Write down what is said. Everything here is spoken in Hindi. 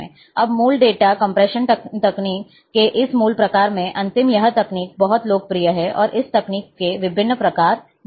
अब मूल डेटा कंप्रेशन तकनीक के इस मूल प्रकार में अंतिम यह तकनीक बहुत लोकप्रिय है और इस तकनीक के विभिन्न प्रकार मौजूद हैं